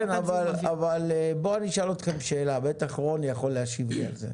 כן אבל בואו אני אשאל אתכם שאלה ובטח רון יוכל להשיב על זה.